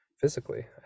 physically